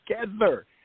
together